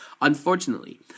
Unfortunately